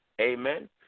Amen